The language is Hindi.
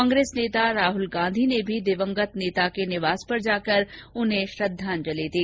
कांग्रेस नेता राहुल गांधी ने भी दिवंगत नेता के निवास पर जाकर उन्हें श्रद्धांजलि दी